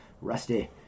rusty